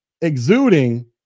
exuding